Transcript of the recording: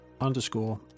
underscore